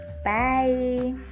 Bye